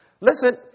Listen